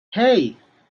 hey